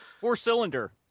Four-cylinder